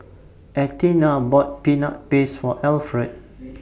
Athena bought Peanut Paste For Alferd